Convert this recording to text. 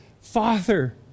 Father